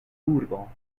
urbo